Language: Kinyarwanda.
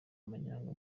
amanyanga